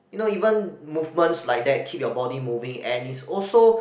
you know even movements like that keep your body moving and is also